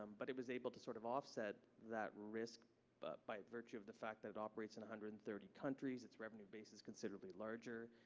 um but it was able to sort of offset that risk but by virtue of the fact that it operates in one hundred and thirty countries, its revenue base is considerably larger.